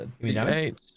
eight